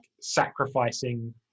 sacrificing